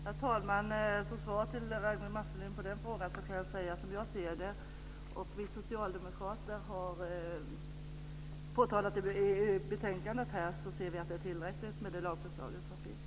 Herr talman! Som svar till Ragnwi Marcelind på den frågan kan jag säga att som jag ser det, och som vi socialdemokrater har påtalat i betänkandet, är det tillräckligt med det lagförslag som finns.